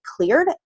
cleared